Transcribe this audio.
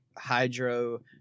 hydro